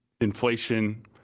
inflation